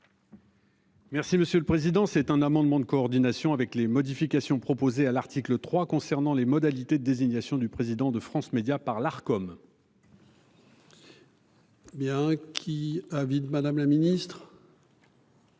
Merci Monsieur le Président c'est un amendement de coordination avec les modifications proposées à l'article 3 concernant les modalités de désignation du président de France Médias par l'Arcom. Bien qu'il a vite Madame la Ministre.